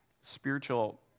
spiritual